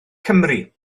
cymry